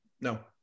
No